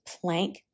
plank